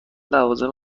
لوازم